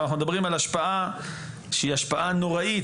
אנחנו מדברים על השפעה שהיא השפעה נוראית